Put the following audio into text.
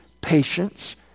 patience